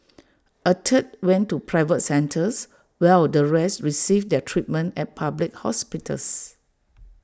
A third went to private centres while the rest received their treatment at public hospitals